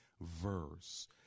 verse